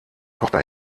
tochter